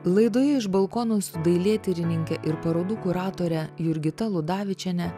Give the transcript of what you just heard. laidoje iš balkono su dailėtyrininke ir parodų kuratore jurgita ludavičiene